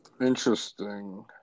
Interesting